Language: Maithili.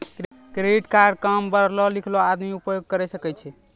क्रेडिट कार्ड काम पढलो लिखलो आदमी उपयोग करे सकय छै?